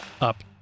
up